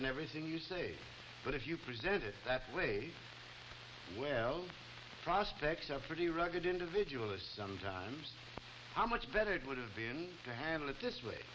in everything you say but if you present it that way well prospects are pretty rugged individualists how much better it would have been to handle it this way